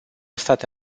state